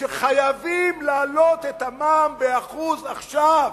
שחייבים להעלות את המע"מ ב-1%, עכשיו,